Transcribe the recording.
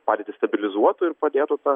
padėtį stabilizuotų ir padėtųtą